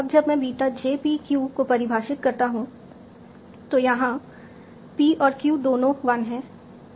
अब जब मैं बीटा j p q को परिभाषित करता हूं तो यहाँ p और q दोनों 1 हैं